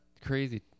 crazy